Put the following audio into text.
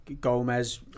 Gomez